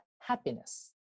happiness